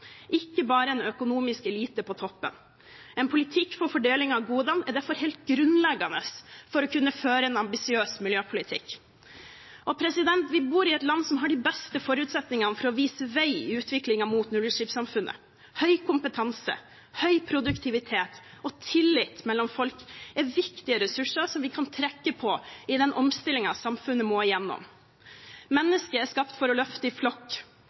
ikke bare en økonomisk elite på toppen. En politikk for fordeling av godene er derfor helt grunnleggende for å kunne føre en ambisiøs miljøpolitikk. Vi bor i et land som har de beste forutsetninger for å vise vei i utviklingen mot nullutslippssamfunnet. Høy kompetanse, høy produktivitet og tillit mellom folk er viktige ressurser vi kan trekke på i den omstillingen samfunnet må gjennom. Mennesket er skapt for å løfte i flokk.